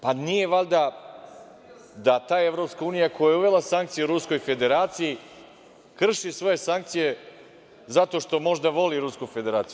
Pa, nije valjda da ta EU koja je uvela sankcije Ruskoj Federaciji krši svoje sankcije zato što možda voli Rusku Federaciju?